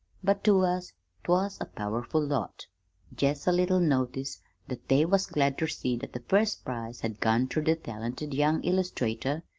but to us twas a powerful lot jest a little notice that they was glad ter see that the first prize had gone ter the talented young illustrator,